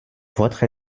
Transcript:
votre